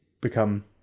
become